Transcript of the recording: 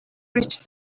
reached